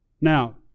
Now